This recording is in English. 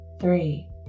three